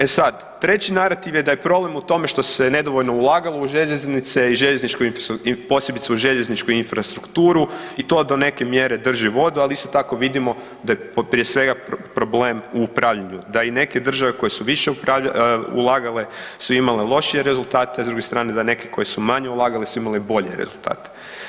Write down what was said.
E sad, treći narativ da je problem u tome što se nedovoljno ulagalo u željeznice, posebice u željezničku infrastrukturu i to do neke mjere drži vodu, ali isto tako vidimo da je prije svega problem u upravljanju, da i neke države koje su više ulagale su imale lošije rezultate, s druge strane da neke koje su manje ulagale su imale bolje rezultate.